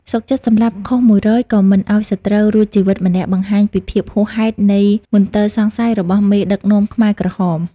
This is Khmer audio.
សុខចិត្តសម្លាប់ខុស ១០០ ក៏មិនឱ្យសត្រូវរួចជីវិតម្នាក់បង្ហាញពីភាពហួសហេតុនៃមន្ទិលសង្ស័យរបស់មេដឹកនាំខ្មែរក្រហម។